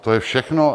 To je všechno.